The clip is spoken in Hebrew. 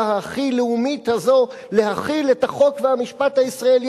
הכי לאומית הזאת יכולה להחיל את החוק והמשפט הישראלי,